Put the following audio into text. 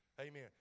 Amen